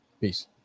Peace